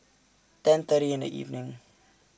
ten thirty in The evening